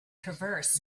transverse